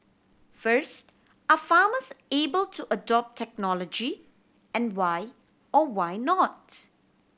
first are farmers able to adopt technology and why or why not